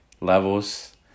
levels